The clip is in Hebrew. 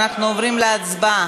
אנחנו עוברים להצבעה.